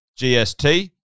GST